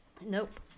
Nope